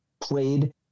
played